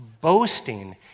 boasting